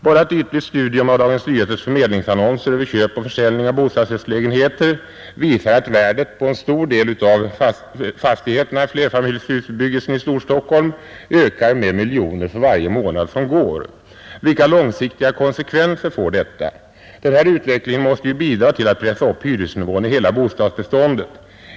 Bara ett ytligt studium av Dagens Nyheters förmedlingsannonser över köp och försäljning av bostadsrättslägenheter visar att värdet på en stor del av fastigheterna i flerfamiljshusbebyggelsen i Storstockholm ökar med miljoner för varje månad som går. Vilka långsiktiga konsekvenser får detta? Den här utvecklingen måste ju bidra till att pressa upp hyresnivån i hela bostadsbeståndet.